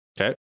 okay